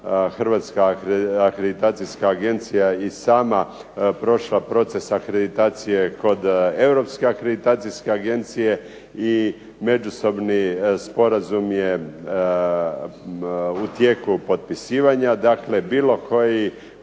hrvatska akreditacijska agencija i sama prošla proces akreditacije kod Europske akreditacijske agencije i međusobni sporazum je u tijeku potpisivanja. Dakle, bilo koje